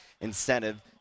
incentive